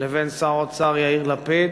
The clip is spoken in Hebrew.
לבין שר האוצר יאיר לפיד